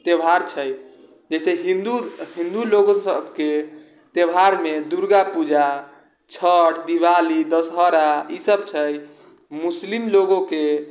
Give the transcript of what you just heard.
त्योहार छै जैसे हिन्दू हिन्दू लोग सबके त्योहार मे दुर्गा पूजा छठि दीवाली दशहारा इसब छै मुस्लिम लोगो के